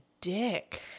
dick